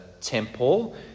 temple